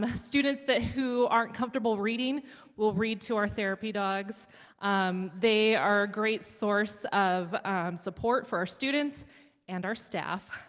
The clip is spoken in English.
um students that who aren't comfortable reading will read to our therapy dogs dogs um they are a great source of support for our students and our staff